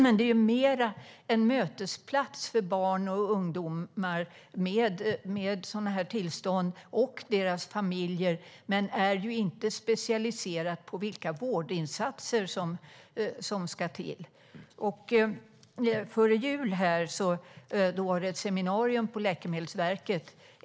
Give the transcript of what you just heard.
Men det är mer av en mötesplats för barn och ungdomar med sådana tillstånd och deras familjer. Det är inte specialiserat på vilka vårdinsatser som ska till. Före jul hölls ett seminarium på Läkemedelsverket.